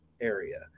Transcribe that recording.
area